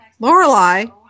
Lorelai